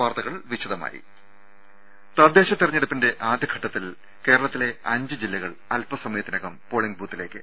വാർത്തകൾ വിശദമായി തദ്ദേശ തെരഞ്ഞെടുപ്പിന്റെ ആദ്യഘട്ടത്തിൽ കേരളത്തിലെ അഞ്ച് ജില്ലകൾ അല്പ സമയത്തിനകം പോളിംഗ് ബൂത്തിലേക്ക്